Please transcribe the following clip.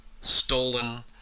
stolen